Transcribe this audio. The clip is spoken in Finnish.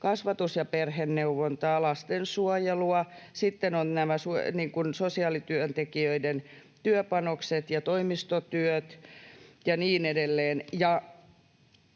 kasvatus- ja perheneuvontaa, lastensuojelua. Sitten ovat nämä sosiaalityöntekijöiden työpanokset ja toimistotyöt ja niin edelleen,